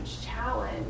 challenge